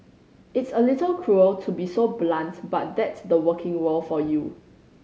it's a little cruel to be so blunt but that's the working world for you